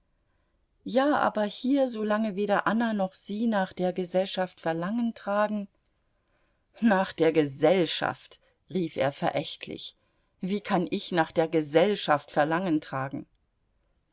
ja aber hier solange weder anna noch sie nach der gesellschaft verlangen tragen nach der gesellschaft rief er verächtlich wie kann ich nach der gesellschaft verlangen tragen